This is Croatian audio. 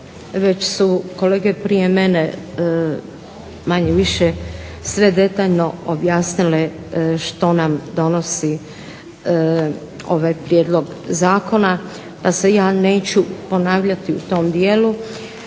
već su kolege prije mene manje više sve detaljno objasnile što nam donosi ovaj prijedlog zakona, pa se ja neću ponavljati u tom dijelu.